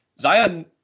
Zion